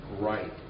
Right